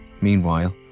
Meanwhile